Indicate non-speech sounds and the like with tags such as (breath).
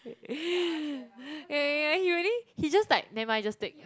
(breath) yeah yeah yeah he already he just like never mind just take